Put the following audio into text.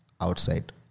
outside